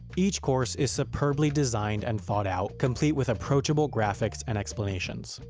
each course is superbly designed and thought out complete with approachable graphics and explanations.